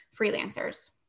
freelancers